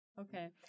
okay